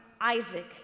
Isaac